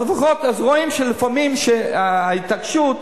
אז רואים שלפעמים ההתעקשות,